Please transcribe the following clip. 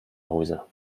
hause